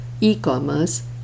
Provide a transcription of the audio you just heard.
e-commerce